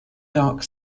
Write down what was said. dark